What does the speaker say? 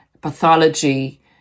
pathology